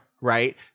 right